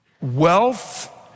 Wealth